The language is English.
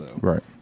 Right